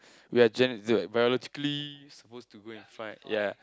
we are gen~ no biologically supposed to go and find ya